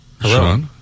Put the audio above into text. Hello